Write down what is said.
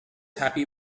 happy